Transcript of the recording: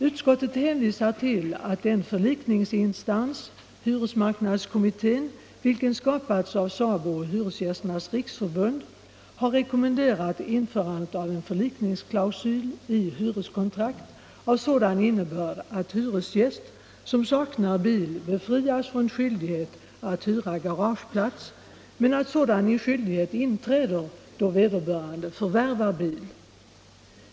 Utskottet hänvisar till att den förlikningsinstans, hyresmarknadskommittén, vilken tillskapats av SABO och Hyresgästernas riksförbund, har rekommenderat införande i hyreskontrakt av en förlikningsklausul av sådan innebörd att hyresgäst som saknar bil befrias från skyldighet att hyra garageplats, men att sådan skyldighet inträder då vederbörande förvärvar bil.